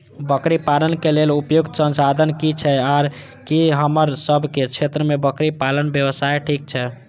बकरी पालन के लेल उपयुक्त संसाधन की छै आर की हमर सब के क्षेत्र में बकरी पालन व्यवसाय ठीक छै?